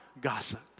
gossip